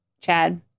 Chad